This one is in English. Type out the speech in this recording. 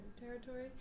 territory